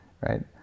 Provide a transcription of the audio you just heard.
right